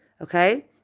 okay